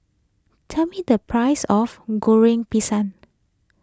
tell me the price of Goreng Pisang